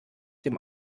dem